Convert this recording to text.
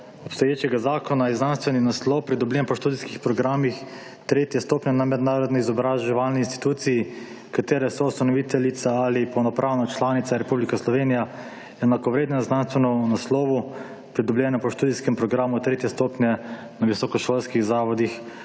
obstoječega zakona je znanstveni naslov, pridobljen po študijskih programih 3. stopnje na mednarodni izobraževalni instituciji, katere soustanoviteljica ali polnopravna članica je Republika Slovenija, enakovredna znanstvenem naslovu, pridobljenem po študijskem programu 3. stopnje na visokošolskih zavodih